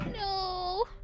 No